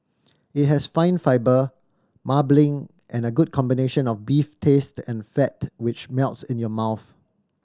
it has fine fibre marbling and a good combination of beef taste and fat which melts in your mouth